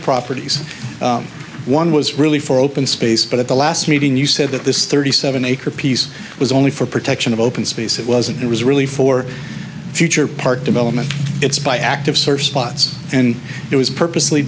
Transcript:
properties one was really for open space but at the last meeting you said that this thirty seven acre piece was only for protection of open space it wasn't it was really for future park development it's by active search spots and it was purposely